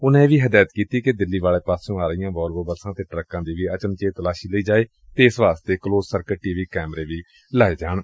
ਉਨਾਂ ਇਹ ਵੀ ਹਦਾਇਤ ਕੀਤੀ ਕਿ ਦਿੱਲੀ ਵਾਲੇ ਪਾਸਿਓ ਆ ਰਹੀਆ ਵੋਲਵੋ ਬਸਾ ਅਤੇ ਟਰੱਕਾ ਦੀ ਵੀ ਅਚਨਚੇਤ ਤਲਾਸ਼ੀ ਲਈ ਜਾਵੇ ਅਤੇ ਇਸ ਵਾਸਤੇ ਕਲੋਜ਼ ਸਰਕਟ ਟੀ ਵੀ ਕੈਮਰੇ ਵੀ ਲਗਾਏ ਜਾਣ